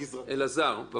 אלעזר, בבקשה.